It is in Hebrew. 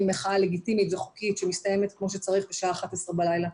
מחאה לגיטימית וחוקית שמסתיימת כמו שצריך בשעה 23:00 בלילה.